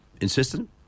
insistent